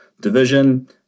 division